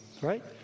right